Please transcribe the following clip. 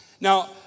Now